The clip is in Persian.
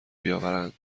بیاورند